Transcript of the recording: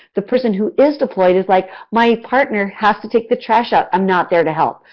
the person who is deployed is like, my partner has to take the trash out, i'm not there to help.